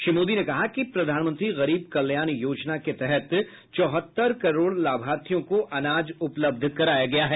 श्री मोदी ने कहा कि प्रधानमंत्री गरीब कल्याण योजना के तहत चौहत्तर करोड़ लाभार्थियों को अनाज उपलब्ध कराया गया है